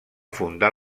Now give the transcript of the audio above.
fundar